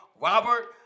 Robert